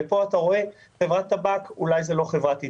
כאן אתה רואה חברת טבק, או לי היא לא חברת אידוי,